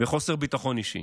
וחוסר ביטחון אישי